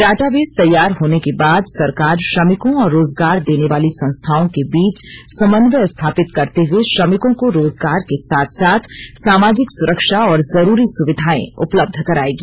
database तैयार होने के बाद सरकार श्रमिकों और रोजगार देनेवाली संस्थाओं के बीच समन्वय स्थापित करते हुए श्रमिकों को रोजगार के साथ साथ सामाजिक सुरक्षा और जरुरी सुविधायें उपलब्ध करायेगी